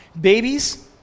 Babies